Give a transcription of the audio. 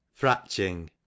Fratching